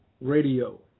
Radio